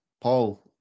Paul